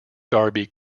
darby